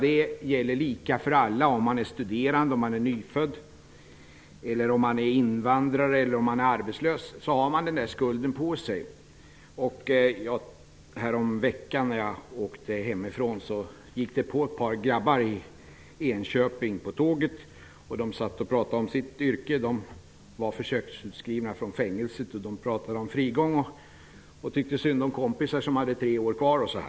Det är lika för alla. Oavsett om man är nyfödd, studerande, invandrare eller arbetslös så har man den skulden. Häromveckan när jag åkte hemifrån gick ett par grabbar på tåget i Enköping. De satt och pratade om sitt yrke. De var försöksutskrivna från fängelset. De pratade om frigång och tyckte synd om kompisar som hade tre år kvar.